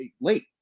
late